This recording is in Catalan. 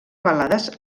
balades